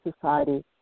society